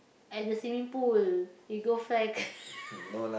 at the swimming pool we go fly a